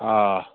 آ